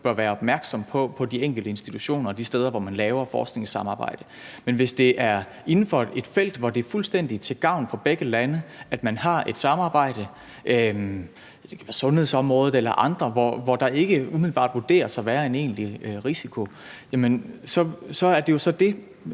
bør være opmærksom på på de enkelte institutioner og de steder, hvor man laver forskningssamarbejde. Men hvis det er inden for et felt, hvor det fuldstændig er til gavn for begge lande, at man har et samarbejde – det kan være på sundhedsområdet eller andre områder – og hvor der ikke umiddelbart vurderes at være en egentlig risiko, er det jo det